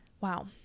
Wow